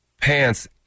pants